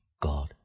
God